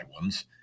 ones